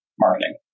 marketing